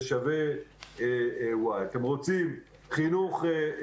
זה שווה Y; אתם רוצים חינוך Y,